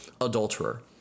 adulterer